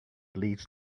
leads